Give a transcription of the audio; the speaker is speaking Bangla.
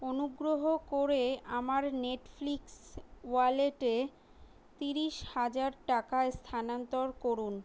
অনুগ্রহ করে আমার নেটফ্লিক্স ওয়ালেটে তিরিশ হাজার টাকা স্থানান্তর করুন